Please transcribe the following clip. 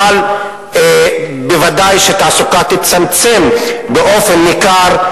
אבל ודאי שתעסוקה תצמצם באופן ניכר